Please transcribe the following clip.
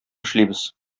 эшлибез